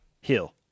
Hill